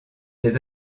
des